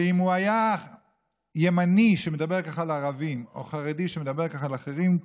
שאם הוא היה ימני שמדבר ככה על ערבים או חרדי שמדבר ככה על אחרים,